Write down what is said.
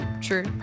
true